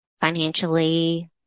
financially